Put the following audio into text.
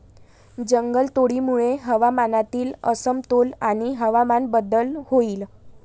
जंगलतोडीमुळे हवामानातील असमतोल आणि हवामान बदल होईल